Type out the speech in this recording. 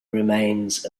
remains